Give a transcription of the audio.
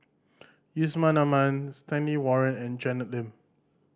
Yusman Aman Stanley Warren and Janet Lim